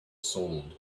sold